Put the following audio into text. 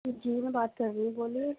جی میں بات کر رہی ہوں بولیے